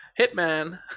Hitman